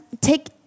take